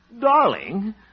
Darling